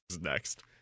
next